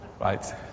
right